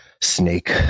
snake